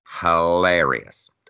hilarious